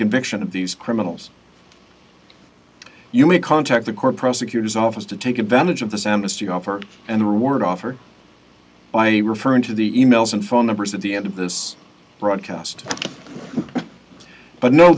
conviction of these criminals you may contact the court prosecutor's office to take advantage of this amnesty offer and the reward offered by referring to the e mails and phone numbers at the end of this broadcast but kno